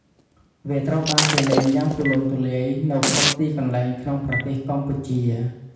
វាត្រូវបានគេលេងយ៉ាងទូលំទូលាយនៅគ្រប់ទីកន្លែងក្នុងប្រទេសកម្ពុជា។